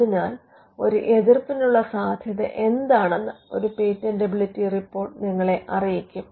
അതിനാൽ ഒരു എതിർപ്പിനുള്ള സാധ്യത എന്താണെന്ന് ഒരു പേറ്റന്റബിലിറ്റി റിപ്പോർട്ട് നിങ്ങളെ അറിയിക്കും